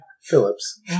Phillips